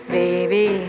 baby